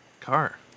car